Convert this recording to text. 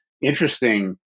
interesting